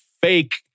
fake